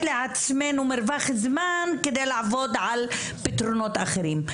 לעצמנו מרווח זמן כדי לעבוד על פתרונות אחרים.